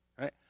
Right